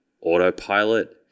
autopilot